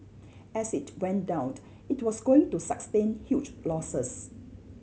as it went down it was going to sustain huge losses